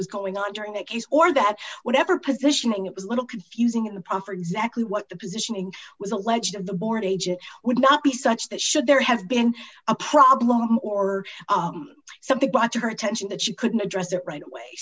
was going on during that case or that whatever positioning it was a little confusing in the proffer exactly what the positioning was alleged of the border agent would not be such that should there have been a problem or something but her attention that she couldn't address it right away